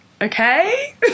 okay